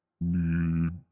need